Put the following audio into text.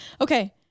okay